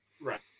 Right